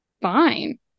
fine